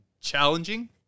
challenging